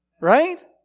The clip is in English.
right